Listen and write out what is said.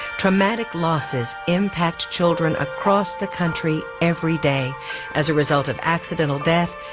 traumatic losses impact children across the country every day as a result of accidental death,